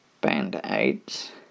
band-aids